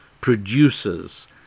produces